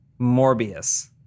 Morbius